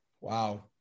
Wow